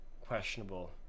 questionable